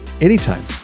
Anytime